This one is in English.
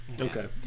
Okay